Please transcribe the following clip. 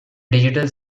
digital